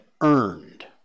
earned